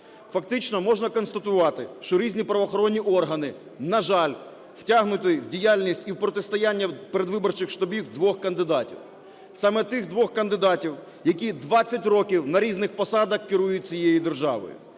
Фактично можна констатувати, що різні правоохоронні органи, на жаль, втягнуті в діяльність і протистояння виборчих штабів двох кандидатів, саме тих двох кандидатів, які 20 років на різних посадах керують цією державою,